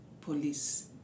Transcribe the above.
police